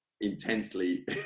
intensely